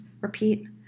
repeat